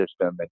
system